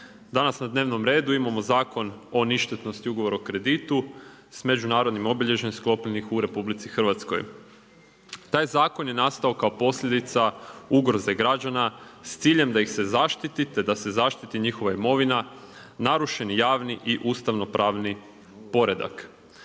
Danas na dnevnom redu imamo Zakon o ništetnosti ugovora o kreditu s međunarodnim obilježjem sklopljenih u RH. Taj zakon je nastao kao posljedica ugroze građana s ciljem da ih se zaštiti te da se zaštiti njihova imovina, narušeni javni i ustavnopravni poredak.